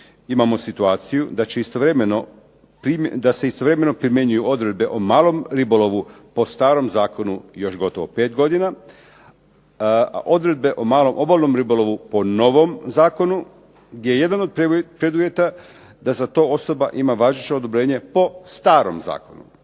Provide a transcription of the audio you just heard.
imamo situaciju da se istovremeno primjenjuju odredbe o malom ribolovu po starom zakonu još gotovo 5 godina, a odredbe o malom obalnom ribolovu po novom zakonu, gdje jedan od preduvjeta da za to osoba ima važeće odobrenje po starom zakonu,